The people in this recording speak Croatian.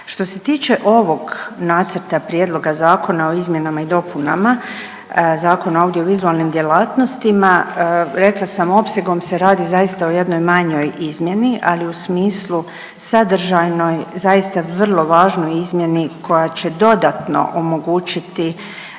Što se tiče ovog nacrta Prijedloga zakona o izmjenama i dopunama Zakona o audiovizualnim djelatnostima rekla sam opsegom se radi zaista o jednoj manjoj izmjeni, ali u smislu sadržajnom zaista vrlo važnoj izmjeni koja će dodatno omogućiti